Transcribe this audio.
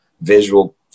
visual